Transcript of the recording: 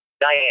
Diane